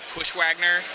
Pushwagner